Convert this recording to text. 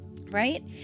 Right